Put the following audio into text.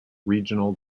regional